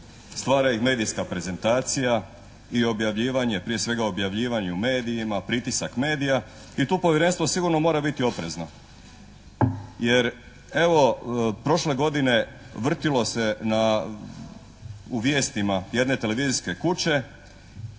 stvara ih medijska prezentacija i objavljivanje, prije svega objavljivanje u medijima, pritisak medija i tu povjerenstvo sigurno mora biti oprezno. Jer evo prošle godine vrtilo se u vijestima jedne televizijske kuće,